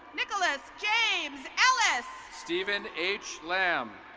nicholas james ellis. steven h. lam.